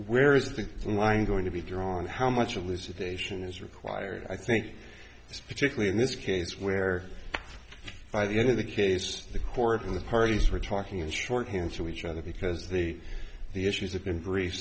where is the line going to be drawn how much a lizard ation is required i think it's particularly in this case where by the end of the case the court of the parties were talking in shorthand to each other because the the issues have been brief